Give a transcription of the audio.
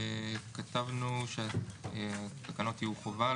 כתבנו שהתקנות יהיו חובה,